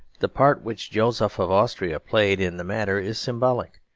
the part which joseph of austria played in the matter is symbolic.